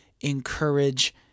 encourage